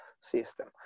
system